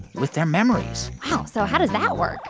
with their memories wow. so how does that work?